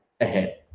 ahead